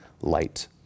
light